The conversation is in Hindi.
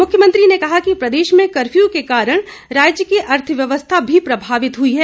मुख्यमंत्री ने कहा कि प्रदेश में कर्फ्यू के कारण राज्य की अर्थव्यवस्था भी प्रभावित हुई है